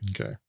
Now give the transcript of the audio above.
Okay